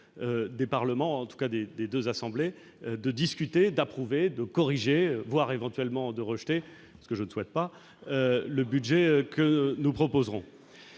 presque première des deux assemblées est de discuter, d'approuver, de corriger, voire, éventuellement, de rejeter, ce que je ne souhaite pas, le budget que nous proposerons.